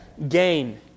gain